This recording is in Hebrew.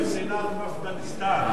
זו מדינת "נפתליסטן".